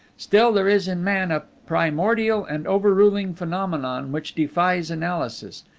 still, there is in man a primordial and overruling phenomenon which defies analysis.